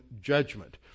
judgment